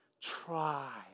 Try